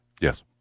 Yes